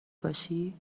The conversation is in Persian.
باشی